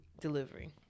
delivery